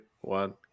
one